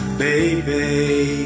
baby